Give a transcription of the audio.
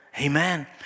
Amen